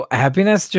happiness